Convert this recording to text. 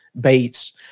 Bates